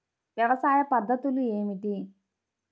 వ్యవసాయ పద్ధతులు ఏమిటి?